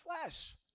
flesh